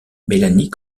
melanie